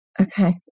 Okay